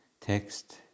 text